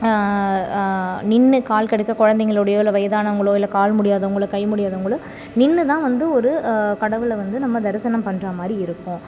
நின்று கால் கடுக்க குழந்தைங்களோடையோ இல்லை வயதானவங்களோ இல்லை கால் முடியாதவங்களோ கை முடியாதவங்களோ நின்று தான் வந்து ஒரு கடவுளை வந்து நம்ம தரிசனம் பண்ணுற மாதிரி இருக்கும்